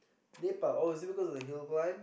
Nepal oh is it because of the hills one